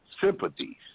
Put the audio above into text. sympathies